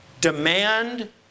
demand